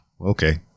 okay